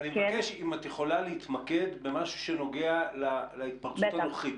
אני מבקש אם את יכולה להתמקד במה שנוגע להתפרצות הנוכחית.